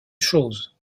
chose